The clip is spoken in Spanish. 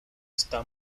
está